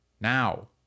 now